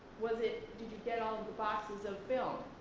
was it did you get all the boxes of film?